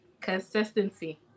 Consistency